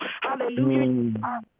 Hallelujah